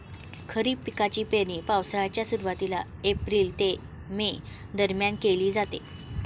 खरीप पिकांची पेरणी पावसाळ्याच्या सुरुवातीला एप्रिल ते मे दरम्यान केली जाते